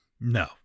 No